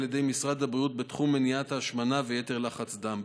ידי משרד הבריאות בתחום מניעת השמנה ויתר לחץ דם.